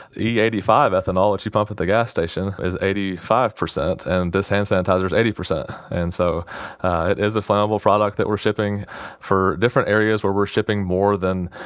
eighty five ethanol, which you pump at the gas station is eighty five percent. and this hand sanitizers, eighty percent. and so it is a flammable product that we're shipping for different areas where we're shipping more than,